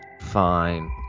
fine